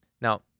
Now